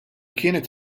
kienet